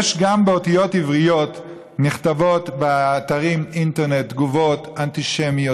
גם באותיות עבריות נכתבות באתרי האינטרנט תגובות אנטישמיות,